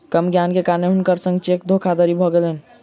कम ज्ञान के कारण हुनकर संग चेक धोखादड़ी भ गेलैन